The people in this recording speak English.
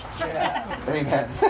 Amen